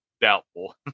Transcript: doubtful